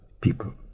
people